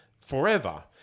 Forever